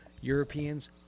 europeans